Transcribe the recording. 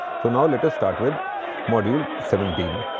so, now, let us start with module seventeen.